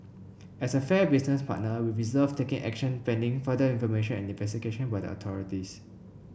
as a fair business partner we reserved taking action pending further information and investigation by the authorities